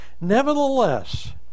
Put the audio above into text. nevertheless